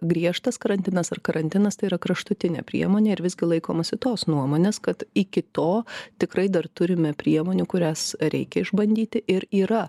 griežtas karantinas ar karantinas tai yra kraštutinė priemonė ir visgi laikomasi tos nuomonės kad iki to tikrai dar turime priemonių kurias reikia išbandyti ir yra